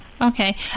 Okay